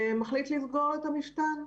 ואז מחליט לסגור את המפתן.